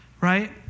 right